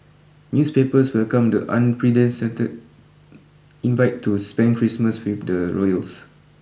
newspapers welcomed the unpredencented invite to spend Christmas with the royals